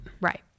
right